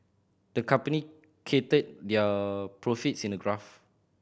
the company their profits in a graph